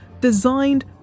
designed